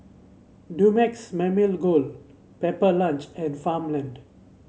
Dumex Mamil Gold Pepper Lunch and Farmland